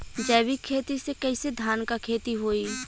जैविक खेती से कईसे धान क खेती होई?